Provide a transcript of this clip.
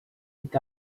est